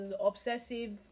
obsessive